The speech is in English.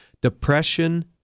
depression